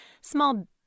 small